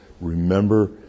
remember